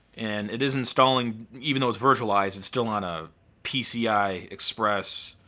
and it is installing, even though it's virtualized, it's still on a pci express,